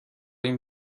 این